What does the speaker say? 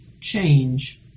change